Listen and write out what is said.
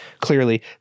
clearly